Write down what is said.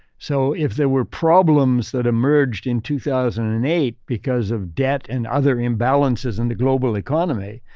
so, if there were problems that emerged in two thousand and eight because of debt and other imbalances in the global economy,